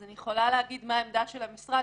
אז אני יכולה להגיד מה העמדה של המשרד